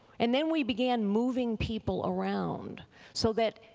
and then we began moving people around so that,